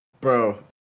bro